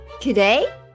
Today